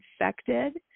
infected